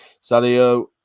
Sadio